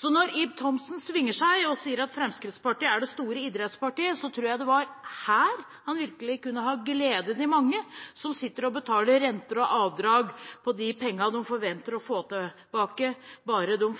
Så når Ib Thomsen svinger seg og sier at Fremskrittspartiet er det store idrettspartiet, tror jeg at det var her han virkelig kunne ha gledet de mange som sitter og betaler renter og avdrag på de pengene de forventer å få tilbake, bare de